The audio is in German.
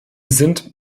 sind